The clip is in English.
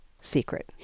secret